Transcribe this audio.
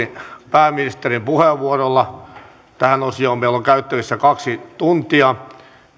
pääministerin puheenvuorolla tähän osioon meillä on käytettävissä kaksi tuntia